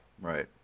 right